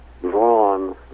drawn